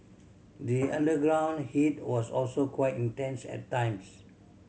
the underground heat was also quite intense at times